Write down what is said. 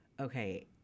okay